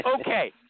Okay